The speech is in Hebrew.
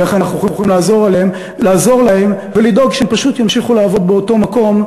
ואיך אנחנו יכולים לעזור להם ולדאוג שהם פשוט ימשיכו לעבוד באותו מקום,